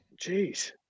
Jeez